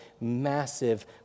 massive